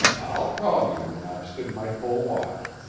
i'll call you when i've stood my full watch.